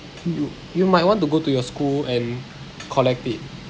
you you might want to go to your school and collect it